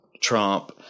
Trump